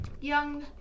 Young